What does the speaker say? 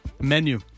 menu